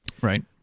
Right